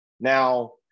now